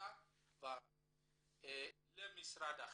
והקליטה למשרד החינוך.